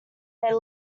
their